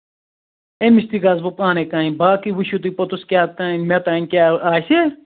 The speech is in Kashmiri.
أمِس تہِ گژھٕ بہٕ پانَے کامہِ باقٕے وُچھو تُہۍ پوٚتُس کیٛاہتانۍ مےٚ کیاہ آسہِ